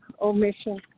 omission